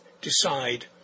decide